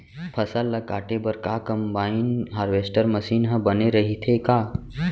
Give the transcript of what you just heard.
फसल ल काटे बर का कंबाइन हारवेस्टर मशीन ह बने रइथे का?